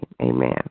amen